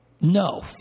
No